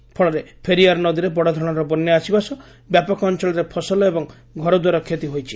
ଏହାଫଳରେ ପେରିୟାର୍ ନଦୀରେ ବଡ଼ଧରଣର ବନ୍ୟା ଆସିବା ସହ ବ୍ୟାପକ ଅଞ୍ଚଳରେ ଫସଲ ଏବଂ ଘରଦ୍ଧାର କ୍ଷତି ହୋଇଛି